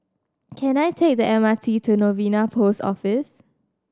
can I take the M R T to Novena Post Office